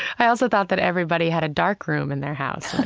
i also thought that everybody had a darkroom in their house